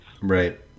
Right